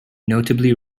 notably